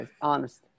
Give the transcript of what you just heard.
honest